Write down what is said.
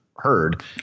heard